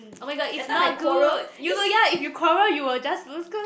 oh-my-god is not good you will ya if you quarrel you will just lose cause